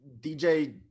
DJ